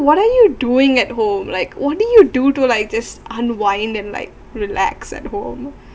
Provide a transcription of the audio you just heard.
what're you doing at home like only you do to like this unwind then like relax at home